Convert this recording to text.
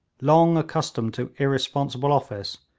long accustomed to irresponsible office,